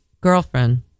girlfriend